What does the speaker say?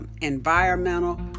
environmental